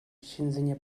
ҫынсене